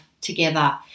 together